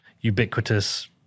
Ubiquitous